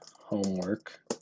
homework